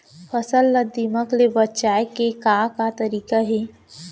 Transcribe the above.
फसल ला दीमक ले बचाये के का का तरीका हे?